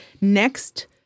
next